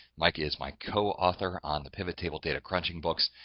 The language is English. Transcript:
mike is my co-author on the pivot table data crunching books.